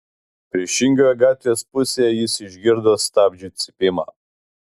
priešingoje gatvės pusėje jis išgirdo stabdžių cypimą